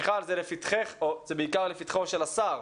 מיכל, זה לפתחך, ובעיקר לפתחו של השר.